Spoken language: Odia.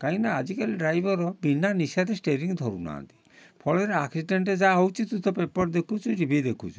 କାହିଁକି ନା ଆଜିକାଲି ଡ୍ରାଇଭର୍ ବିନା ନିଶାରେ ଷ୍ଟେରିଙ୍ଗ୍ ଧରୁ ନାହାଁନ୍ତି ଫଳରେ ଆକ୍ସିଡେଣ୍ଟ୍ ଯାହା ହେଉଛି ତୁ ତ ପେପର୍ ଦେଖୁଛୁ ଟିଭି ଦେଖୁଛୁ